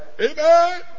Amen